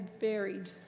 varied